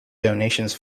donations